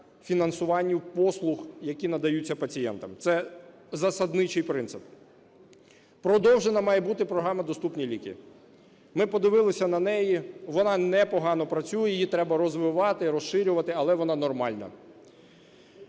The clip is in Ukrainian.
фінансуванню послуг, які надаються пацієнтам. Це засадничий принцип. Продовжена має бути програма "Доступні ліки". Ми подивилися на неї, вона непогано працює, її треба розвивати, розширювати, але вона нормальна.